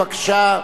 בבקשה.